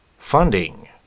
funding